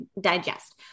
digest